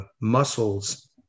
muscles